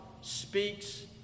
speaks